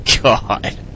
God